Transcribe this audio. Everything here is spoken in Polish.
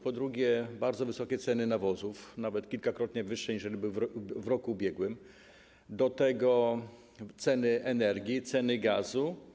Po drugie, są bardzo wysokie ceny nawozów, nawet kilkakrotnie wyższe, niż były w roku ubiegłym, do tego ceny energii, ceny gazu.